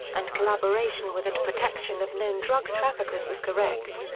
and collaboration with and protection of known drug traffickers was correct.